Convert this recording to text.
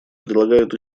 прилагает